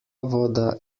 voda